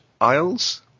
Isles